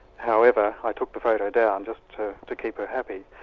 however i took the photo down, just to to keep her happy.